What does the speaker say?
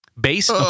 Base